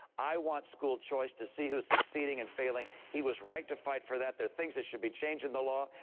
i want school choice to see who's succeeding and failing. he was right to fight for that. there are things that should be changed in the law,